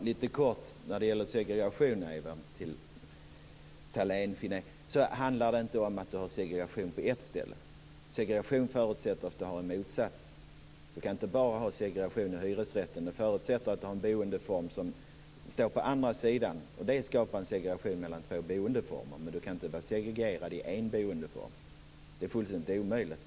Fru talman! Jag vill lite kort säga något om segregation, Ewa Thalén Finné. Det handlar inte om segregation på ett ställe. Segregation förutsätter att det finns en motsats. Det kan inte bara vara segregation i hyresrätter. Det förutsätter att det finns en boendeform som står på andra sidan. Det skapar en segregation mellan två boendeformer. Men det kan inte vara segregation i en boendeform. Det är fullständigt omöjligt.